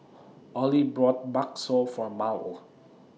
Ollie bought Bakso For Mal